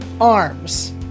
arms